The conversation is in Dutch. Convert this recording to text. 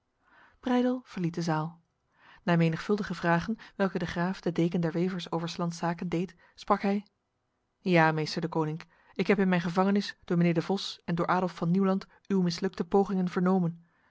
verliet de zaal na menigvuldige vragen welke de graaf de deken der wevers over s lands zaken deed sprak hij ja meester deconinck ik heb in mijn gevangenis door mijnheer de vos en door adolf van nieuwland uw mislukte pogingen vernomen